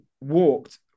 walked